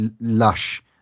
lush